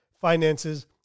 finances